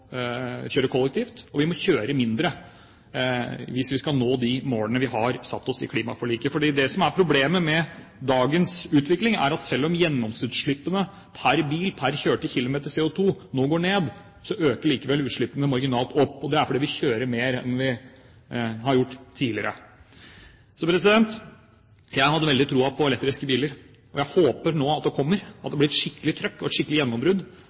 kjøre kollektivt. Vi må også kjøre mindre, hvis vi skal nå de målene vi har satt oss i klimaforliket. Det som er problemet med dagens utvikling, er at selv om gjennomsnittsutslippene av CO2 per bil per kjørte km nå går ned, øker likevel utslippene marginalt. Det er fordi vi kjører mer enn vi har gjort tidligere. Jeg hadde veldig tro på elektriske biler. Jeg håper nå at det kommer, at det blir et skikkelig trøkk, et skikkelig gjennombrudd.